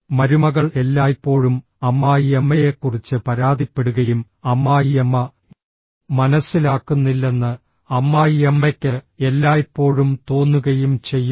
മരുമകൾ എല്ലായ്പ്പോഴും അമ്മായിയമ്മയെക്കുറിച്ച് പരാതിപ്പെടുകയും അമ്മായിയമ്മ മനസ്സിലാക്കുന്നില്ലെന്ന് അമ്മായിയമ്മയ്ക്ക് എല്ലായ്പ്പോഴും തോന്നുകയും ചെയ്യുന്നു